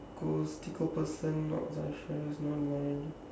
cool person i'm not sure not mine